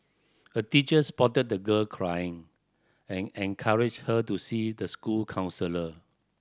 a teacher spotted the girl crying and encouraged her to see the school counsellor